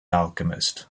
alchemist